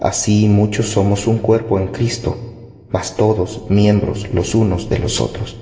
así muchos somos un cuerpo en cristo mas todos miembros los unos de los otros